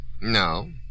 No